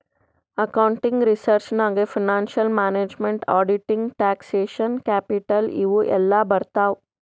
accounting research ನಾಗ್ financial management, auditing, taxation, capital ಇವು ಎಲ್ಲಾ ಬರ್ತಾವ್